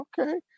Okay